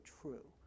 true